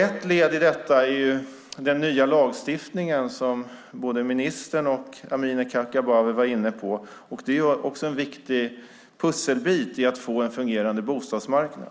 Ett led i detta är den nya lagstiftningen som både ministern och Amineh Kakabaveh var inne på. Den är också en viktig pusselbit för att få en fungerande bostadsmarknad.